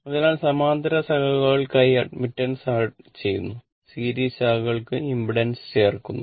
അതിനാൽ സമാന്തര ശാഖകൾക്കായി അഡ്മിറ്റാൻസ് ചേർക്കുന്നു